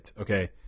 Okay